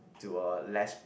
to a less